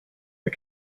the